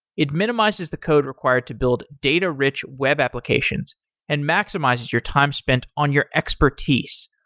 it minimizes the code required to build data-rich web applications and maximizes your time spent on your expertise.